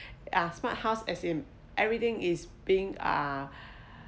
ah smart house as in everything is being uh